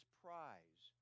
prize